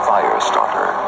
Firestarter